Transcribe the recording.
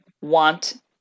want